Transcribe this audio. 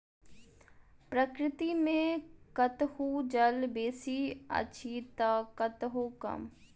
प्रकृति मे कतहु जल बेसी अछि त कतहु कम